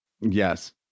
Yes